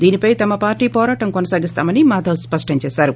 దీనిపై తమ పార్టీ పోరాటం కొనసాగిస్తామని మాధవ్ స్పష్టం చేశారు